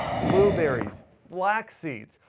blueberries, flax seeds,